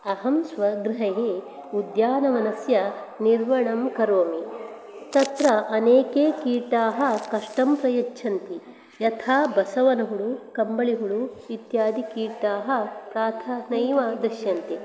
अहं स्वगृहये उद्यानवनस्य निर्वणं करोमि तत्र अनेके कीटाः कष्टं प्रयच्छन्ति यथा बसवनहुलु कम्बलिहुलु इत्यादि कीटाः तथा एव दृश्यन्ते